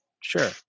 Sure